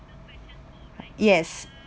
yes